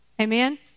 Amen